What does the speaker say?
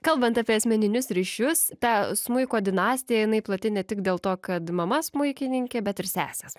kalbant apie asmeninius ryšius ta smuiko dinastija jinai plati ne tik dėl to kad mama smuikininkė bet ir sesės